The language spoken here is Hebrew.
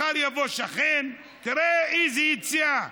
מחר יבוא שכן, תראה איזה יציאה.